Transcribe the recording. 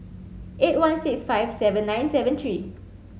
eight one six five seven nine seven three